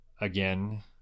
again